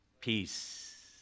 Peace